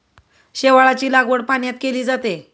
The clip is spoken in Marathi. शेवाळाची लागवड पाण्यात केली जाते